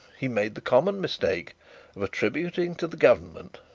he made the common mistake of attributing to the government,